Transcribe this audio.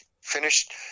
finished